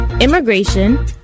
immigration